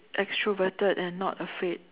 extroverted and not afraid